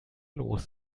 los